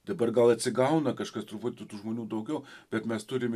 dabar gal atsigauna kažkas truputį tų žmonių daugiau bet mes turim